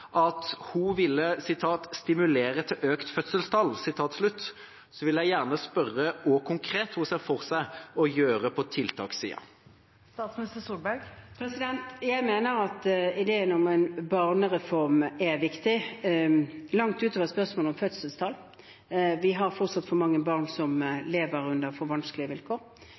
at hun ville stimulere til økt fødselstall, vil jeg gjerne spørre henne hva hun konkret ser for seg å gjøre på tiltakssida. Jeg mener at ideen om en barnereform er viktig langt utover spørsmålet om fødselstall. Vi har fortsatt for mange barn som lever under for vanskelige vilkår.